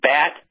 Bat